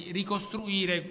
ricostruire